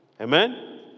Amen